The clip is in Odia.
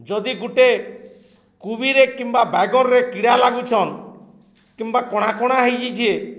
ଯଦି ଗୁଟେ କୁବିରେ କିମ୍ବା ବାଗରରେ କିଡ଼ା ଲାଗୁଛନ୍ କିମ୍ବା କଣା କଣା ହେଇଯେଇଛେ